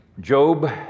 Job